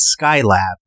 Skylab